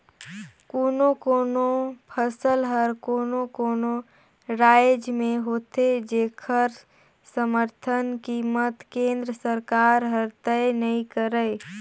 कोनो कोनो फसल हर कोनो कोनो रायज में होथे जेखर समरथन कीमत केंद्र सरकार हर तय नइ करय